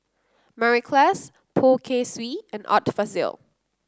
Mary Klass Poh Kay Swee and Art Fazil